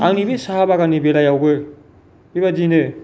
आंनि बे साहा बागाननि बेलायावबो बेबादिनो